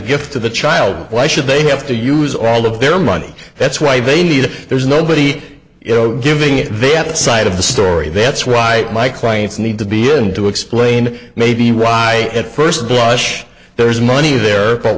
gift to the child why should they have to use all of their money that's why they need there's nobody you know giving it their side of the story that's right my clients need to be in to explain maybe why at first blush there is money there but